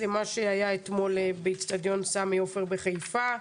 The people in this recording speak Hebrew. למה שהיה אתמול באצטדיון סמי עופר בחיפה.